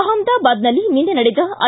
ಅಹಮದಾಬಾದ್ನಲ್ಲಿ ನಿನ್ನೆ ನಡೆದ ಐ